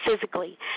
physically